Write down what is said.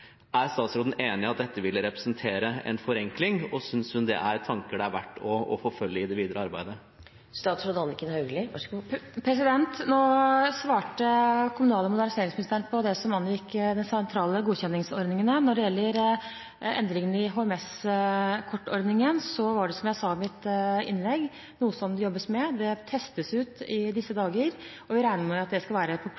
Er statsråden enig i at dette ville representere en forenkling, og synes hun det er tanker det er verdt å forfølge i det videre arbeidet? Nå svarte kommunal- og moderniseringsministeren på det som angikk de sentrale godkjenningsordningene. Når det gjelder endringene i HMS-kort-ordningen, så er det, som jeg sa i mitt innlegg, noe det jobbes med. Det testes ut i disse